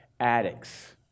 Addicts